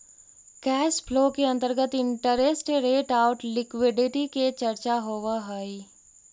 cash flow के अंतर्गत interest rate आउ लिक्विडिटी के चर्चा होवऽ हई